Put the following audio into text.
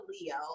Leo